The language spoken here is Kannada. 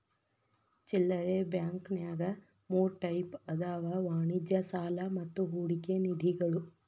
ಚಿಲ್ಲರೆ ಬಾಂಕಂನ್ಯಾಗ ಮೂರ್ ಟೈಪ್ ಅದಾವ ವಾಣಿಜ್ಯ ಸಾಲಾ ಮತ್ತ ಹೂಡಿಕೆ ನಿಧಿಗಳು